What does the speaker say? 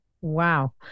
wow